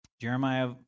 Jeremiah